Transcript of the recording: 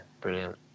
brilliant